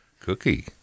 Cookie